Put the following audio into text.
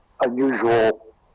unusual